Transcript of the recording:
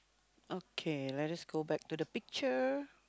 okay let us go back to the picture